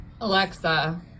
Alexa